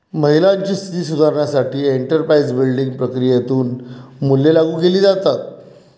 महिलांची स्थिती सुधारण्यासाठी एंटरप्राइझ बिल्डिंग प्रक्रियेतून मूल्ये लागू केली जातात